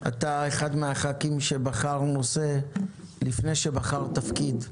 אתה אחד הח"כים שבחר נושא לפני שבחר תפקיד.